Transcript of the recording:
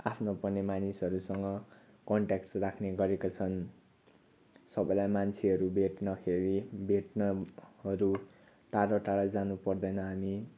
आफ्नो पर्ने मानिसहरूसँग कन्ट्याक्ट राख्ने गरेका छन् सबैलाई मान्छेहरू भेट्नखेरि भेट्नहरू टाडो टाडो जानु पर्दैन हामी